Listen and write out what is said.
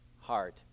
heart